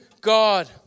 God